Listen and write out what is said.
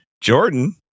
Jordan